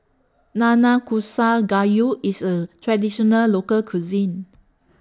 Nanakusa Gayu IS A Traditional Local Cuisine